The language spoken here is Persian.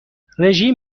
رژیم